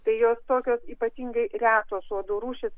tai jos tokios ypatingai retos uodų rūšys